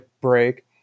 break